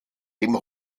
dem